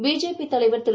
B J பிதலைவர் திரு